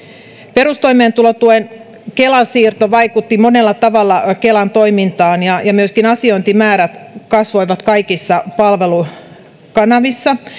perustoimeentulotuen kela siirto vaikutti monella tavalla kelan toimintaan ja ja myöskin asiointimäärät kasvoivat kaikissa palvelukanavissa